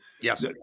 Yes